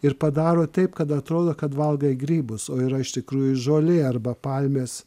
ir padaro taip kad atrodo kad valgai grybus o yra iš tikrųjų žolė arba palmės